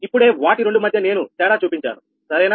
ఇప్పుడే వాటి రెండు మధ్య నేను తేడా చూపించాను సరేనా